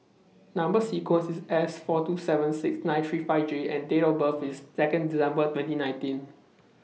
Number sequence IS S four two seven six nine three five J and Date of birth IS Second December twenty nineteen